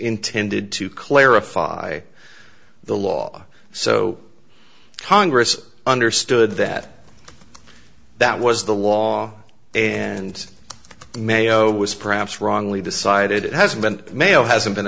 intended to clarify the law so congress understood that that was the law and mayo was perhaps wrongly decided it has been mail hasn't been